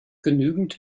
genügend